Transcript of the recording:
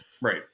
right